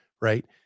right